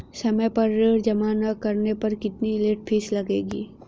समय पर ऋण जमा न करने पर कितनी लेट फीस लगेगी?